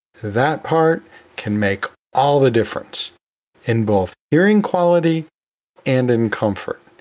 that part can make all the difference in both hearing quality and in comfort.